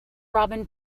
robin